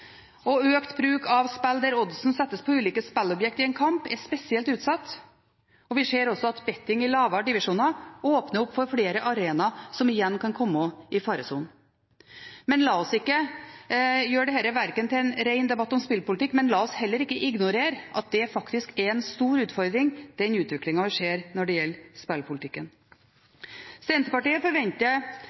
og økt bruk av spill der oddsen settes på ulike spillobjekter i en kamp – som er spesielt utsatt. Vi ser også at «betting» i lavere divisjoner åpner opp for flere arenaer som igjen kan komme i faresonen. Men la oss ikke gjøre dette til en ren debatt om spillpolitikk. Men la oss heller ikke ignorere at det faktisk er en stor utfordring, den utviklingen vi ser når det gjelder spillpolitikken. Senterpartiet forventer